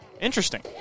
interesting